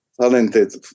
talented